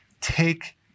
take